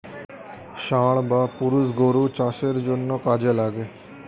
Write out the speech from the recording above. ষাঁড় বা পুরুষ গরু চাষের জন্যে কাজে লাগে